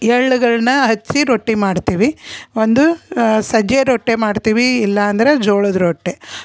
ಎಳ್ಳುಗಳ್ನ ಹಚ್ಚಿ ರೊಟ್ಟಿ ಮಾಡ್ತೀವಿ ಒಂದು ಸಜ್ಜೆ ರೊಟ್ಟಿ ಮಾಡ್ತೀವಿ ಇಲ್ಲ ಅಂದ್ರೆ ಜೋಳದ ರೊಟ್ಟಿ